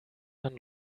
man